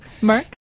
Mark